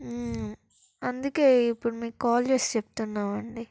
అందుకే ఇప్పుడు మీకు కాల్ చేసి చెప్తున్నాం అండి